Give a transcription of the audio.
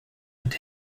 and